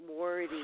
worthy